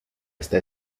está